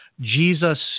Jesus